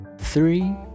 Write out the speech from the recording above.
three